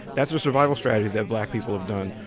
that's a survival strategy that black people have done,